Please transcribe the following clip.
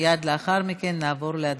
מייד לאחר מכן נעבור להצבעה.